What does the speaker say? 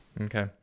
Okay